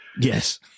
yes